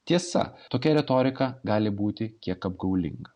tiesa tokia retorika gali būti kiek apgaulinga